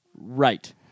Right